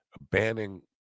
Banning